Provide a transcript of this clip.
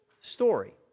story